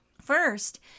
First